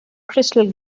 crystal